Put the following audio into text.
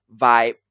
vibe